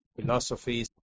philosophies